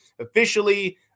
officially